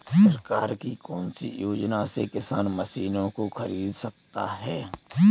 सरकार की कौन सी योजना से किसान मशीनों को खरीद सकता है?